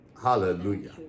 Hallelujah